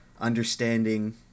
understanding